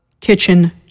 Kitchen